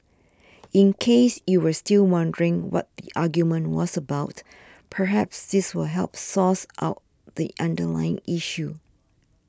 in case you were still wondering what the argument was about perhaps this will help source out the underlying issue